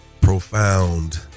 profound